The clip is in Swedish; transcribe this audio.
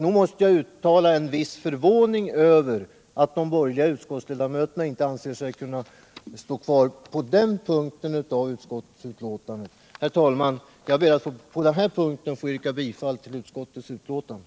Nog måste jag uttala en viss förvåning över att de borgerliga utskottsledamöterna inte anser sig kunna stödja den delen av utskottets skrivning. Herr talman! Jag ber att på den här punkten få yrka bifall till utskottets hemställan.